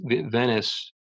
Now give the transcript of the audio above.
Venice